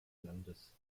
landes